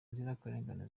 nzirakarengane